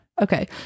Okay